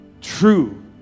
true